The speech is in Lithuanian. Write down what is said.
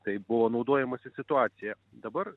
taip buvo naudojamasi situacija dabar